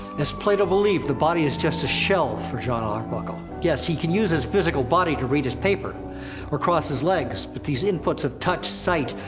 as plato believed, the body is just a shell for jon arbuckle. yes, he can use his physical body to read his paper or cross his legs, but these inputs of touch, sight,